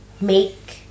make